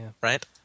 right